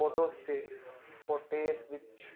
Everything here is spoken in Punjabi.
ਫੋਟੋਸਟੇਟ ਵਿੱਚ